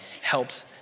helps